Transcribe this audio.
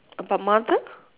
about mother